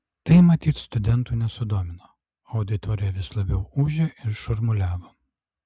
tai matyt studentų nesudomino auditorija vis labiau ūžė ir šurmuliavo